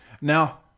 Now